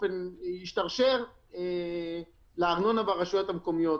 ישתרשר לארנונה ברשויות המקומיות.